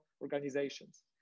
organizations